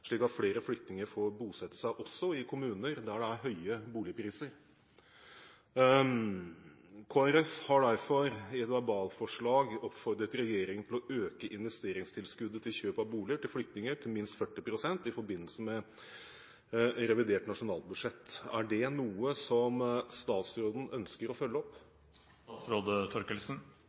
slik at flere flyktninger får bosette seg også i kommuner der det er høye boligpriser. Kristelig Folkeparti har derfor i et verbalforslag oppfordret regjeringen til å øke investeringstilskuddet til kjøp av boliger til flyktninger til minst 40 pst. i forbindelse med revidert nasjonalbudsjett. Er det noe som statsråden ønsker å følge opp?